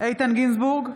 איתן גינזבורג,